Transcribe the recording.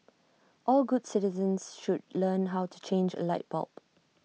all good citizens should learn how to change A light bulb